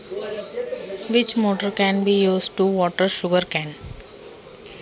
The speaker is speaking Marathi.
उसाला पाणी देण्यासाठी कोणती मोटार वापरू शकतो?